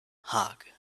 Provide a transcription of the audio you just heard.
hug